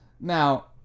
now